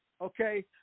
Okay